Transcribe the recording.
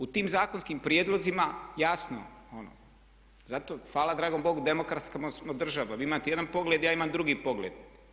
U tim zakonskim prijedlozima jasno ono, zato hvala dragom Bogu demokratska smo država, vi imate jedan pogled, ja imam drugi pogled.